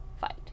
fight